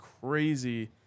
crazy